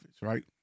right